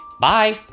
Bye